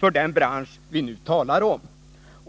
för den bransch vi nu talar om.